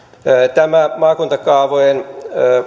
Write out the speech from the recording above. tämä maakuntakaavojen